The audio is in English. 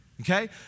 Okay